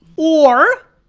or,